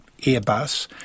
Airbus